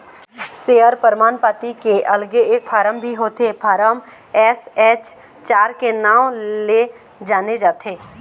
share परमान पाती के अलगे एक फारम भी होथे फारम एस.एच चार के नांव ले जाने जाथे